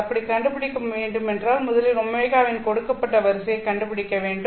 அப்படி கண்டுபிடிக்க வேண்டுமென்றால் முதலில் ω வின் கொடுக்கப்பட்ட வரிசையைக் கண்டுபிடிக்க வேண்டும்